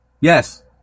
Yes